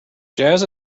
jazz